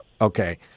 Okay